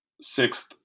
Sixth